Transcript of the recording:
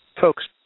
Folks